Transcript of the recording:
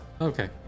okay